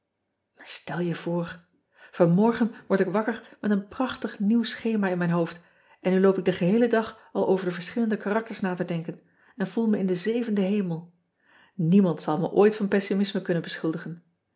stel je voor anmorgen word ik wakker met een prachtig nieuw schema in mijn hoofd en nu loop ik den geheelen dag al over de verschillende karakters na te denken en voel me in den zevenden hemel iemand zal me ooit van pessimisme kunnen beschuldigen